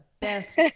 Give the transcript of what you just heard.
best